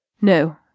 No